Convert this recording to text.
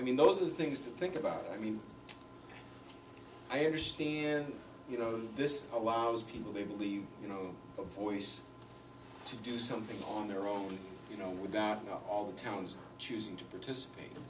i mean those are things to think about i mean i understand you know this allows people to believe you know the voice to do something on their own you know without all the towns choosing to participate in